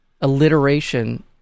alliteration